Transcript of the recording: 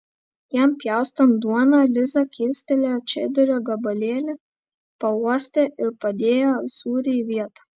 jam pjaustant duoną liza kilstelėjo čederio gabalėlį pauostė ir padėjo sūrį į vietą